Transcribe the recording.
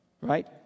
right